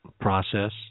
process